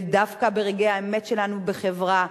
ודווקא ברגעי האמת שלנו בחברה,